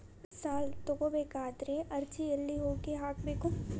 ಸಾಲ ತಗೋಬೇಕಾದ್ರೆ ಅರ್ಜಿ ಎಲ್ಲಿ ಹೋಗಿ ಹಾಕಬೇಕು?